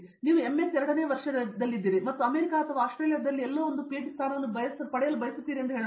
ನೀವು MS ಎರಡನೆಯ ವರ್ಷದಲ್ಲಿದ್ದೀರಿ ಮತ್ತು ನೀವು ಅಮೇರಿಕಾ ಅಥವಾ ಆಸ್ಟ್ರೇಲಿಯಾದಲ್ಲಿ ಎಲ್ಲೋ ಒಂದು ಪಿಎಚ್ಡಿ ಸ್ಥಾನವನ್ನು ಬಯಸುತ್ತೀರಾ ಎಂದು ಹೇಳೋಣ